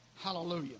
Hallelujah